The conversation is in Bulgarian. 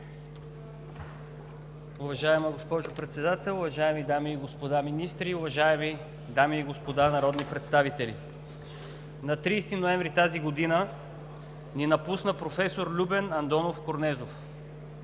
Уважаема госпожо Председател, уважаеми дами и господа министри, уважаеми дами и господа народни представители! На 30 ноември 2019 г. ни напусна професор Любен Андонов Корнезов.